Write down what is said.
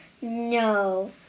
No